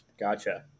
Gotcha